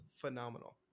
phenomenal